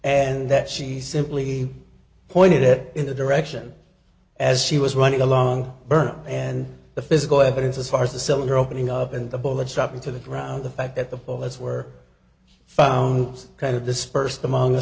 and that she simply pointed it in the direction as she was running along byrne and the physical evidence as far as the cylinder opening up and the bullet struck into the ground the fact that the bullets were found was kind of dispersed among a